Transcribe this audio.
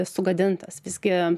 sugadintas visgi